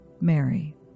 Mary